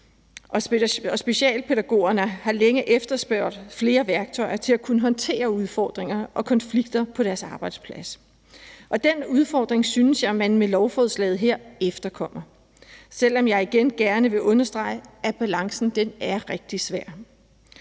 specialpædagogerne har længe efterspurgt flere værktøjer til at kunne håndtere udfordringerne og konflikter på deres arbejdsplads, og den udfordring synes jeg man med lovforslaget her efterkommer, selv om jeg igen gerne vil understrege, at balancen er rigtig svær.